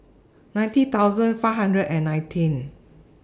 ninety thousand five hundred and nineteen